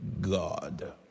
God